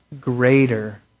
greater